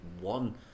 one